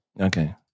Okay